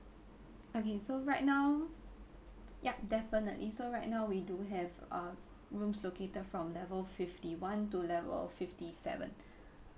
okay so right now ya definitely so right now we do have uh rooms located from level fifty one to level fifty seven